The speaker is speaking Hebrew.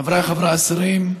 חבריי השרים,